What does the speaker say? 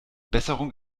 besserung